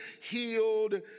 healed